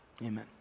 Amen